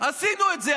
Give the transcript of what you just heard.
אבל